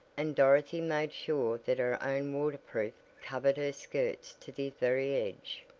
and dorothy made sure that her own water-proof covered her skirts to the very edge.